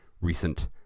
recent